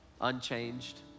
unchanged